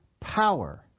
power